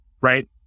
right